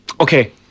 Okay